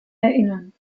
erinnern